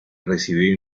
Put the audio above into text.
recibió